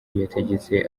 yategetse